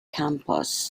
campos